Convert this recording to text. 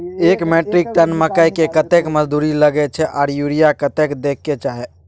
एक metric ton मकई में कतेक मजदूरी लगे छै आर यूरिया कतेक देके छै?